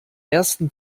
ersten